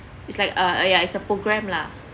it's like uh ya it's a program lah